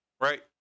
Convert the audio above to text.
right